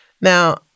Now